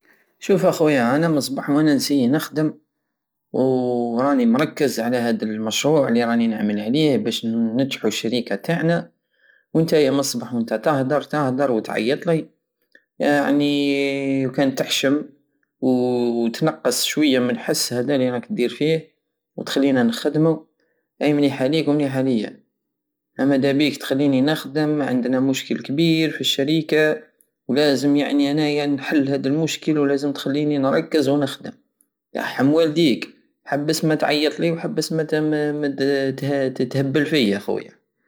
شوفو اخويا انا مصبح وانا نسيي نخدم وراني مركز على هدا المشروع الي راني نعمل عليه بش نجحو الشريكة التاعنا ونتيا مصبح ونتا تهدر تهدر وتعيطلي يعني وكان تحشم وتنقس شوية من الحس هدا لي راك دير فيه وتخلينا نخدمو اي مليحة ليك ومليحة لية مدابيك تخليني نخدم عندنا مشكل كبير في الشريكا ولازم يعني انايا نحل هاد المشكل ولازم تخليني نركز ونخدم يحم والديك حبس ماتعيطلي وحبس مت- متهبل فيا اخويا